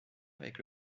avec